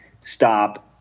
stop